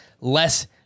less